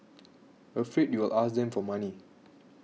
afraid you'll ask them for money